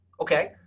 Okay